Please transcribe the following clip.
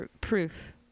proof